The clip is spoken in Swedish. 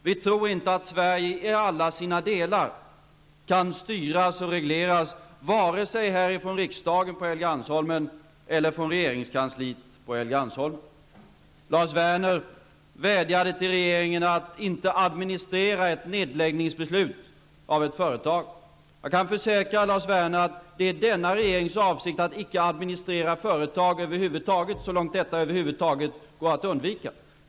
Vi tror inte att Sverige i alla sina delar kan styras och regleras vare sig härifrån riksdagen eller från regeringskansliet. Lars Werner vädjade till regeringen att inte administrera ett nedläggningsbeslut av ett företag. Jag kan försäkra Lars Werner att det är denna regerings avsikt att inte administrera företag över huvud taget så långt detta går att undvika.